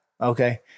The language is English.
okay